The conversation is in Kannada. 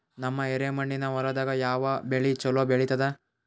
ನಮ್ಮ ಎರೆಮಣ್ಣಿನ ಹೊಲದಾಗ ಯಾವ ಬೆಳಿ ಚಲೋ ಬೆಳಿತದ?